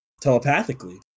Telepathically